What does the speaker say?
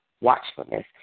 watchfulness